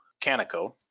Canico